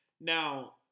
Now